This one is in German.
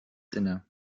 inne